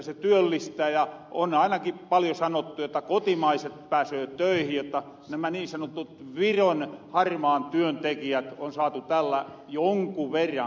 se työllistää ja on ainakin paljon sanottu jotta kotimaiset pääsöö töihin jotta nämä niin sanotut viron harmaan työn tekijät on saatu tällä jonkun verran kurihin